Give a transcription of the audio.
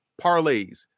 parlays